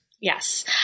Yes